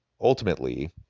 Ultimately